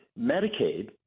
Medicaid